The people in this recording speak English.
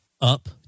up